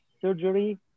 surgery